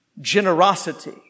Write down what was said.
generosity